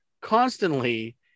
constantly